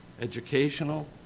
educational